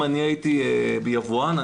אם הייתי יבואן,